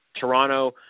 Toronto